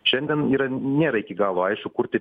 šiandien yra nėra iki galo aišku kur tie